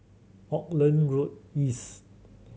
Auckland Road East